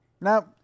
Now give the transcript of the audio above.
Now